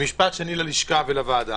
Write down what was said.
משפט שני ללשכה ולוועדה.